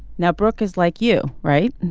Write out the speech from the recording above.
now brooke is like you right